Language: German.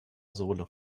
sohle